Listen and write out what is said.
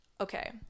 okay